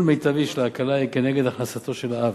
מיטבי של ההקלה יהיה כנגד הכנסתו של האב,